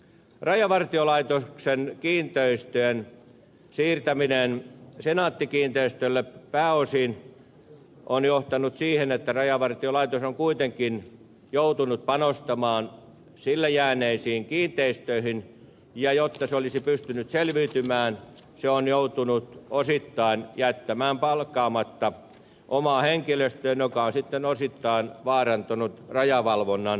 rajavartiolaitoksen kiinteistöjen siirtäminen pääosin senaatti kiinteistöille on johtanut siihen että rajavartiolaitos on kuitenkin joutunut panostamaan sille jääneisiin kiinteistöihin ja jotta se olisi pystynyt selviytymään se on joutunut osittain jättämään palkkaamatta omaa henkilöstöään mikä on sitten osittain vaarantanut rajavalvonnan